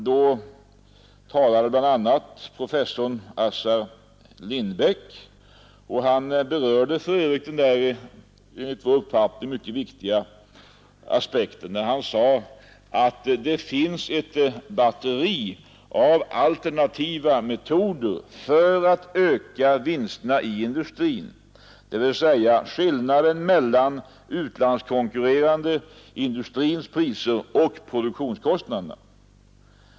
Då talade bl.a. professor Assar Lindbeck. Han berörde för övrigt den där enligt vår uppfattning mycket viktiga aspekten. Han sade att det finns ett batteri av alternativa metoder för att öka vinsterna i industrin, dvs. skillnaden mellan den utlandskonkurrerande industrins priser och produktionskostnaderna.